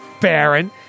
Baron